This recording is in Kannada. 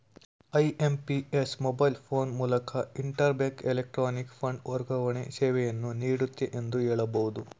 ಐ.ಎಂ.ಪಿ.ಎಸ್ ಮೊಬೈಲ್ ಫೋನ್ ಮೂಲಕ ಇಂಟರ್ ಬ್ಯಾಂಕ್ ಎಲೆಕ್ಟ್ರಾನಿಕ್ ಫಂಡ್ ವರ್ಗಾವಣೆ ಸೇವೆಯನ್ನು ನೀಡುತ್ತೆ ಎಂದು ಹೇಳಬಹುದು